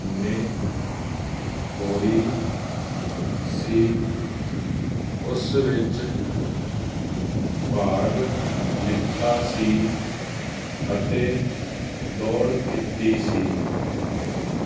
ਸ਼ਿਲਪਕਾਰੀ ਪੰਜਾਬੀ ਕੋਸ਼ ਅਨੁਸਾਰ ਸ਼ੈਲਪ ਤੋਂ ਭਾਵ ਕਾਰੀਗਰੀ ਹੁਨਰ ਤੋਂ ਲਿਆ ਜਾਂਦਾ ਹੈ